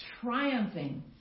triumphing